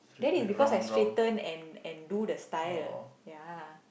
that is because I straighten and and do the style ya